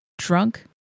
drunk